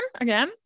again